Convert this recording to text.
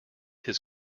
his